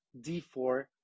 D4